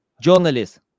journalists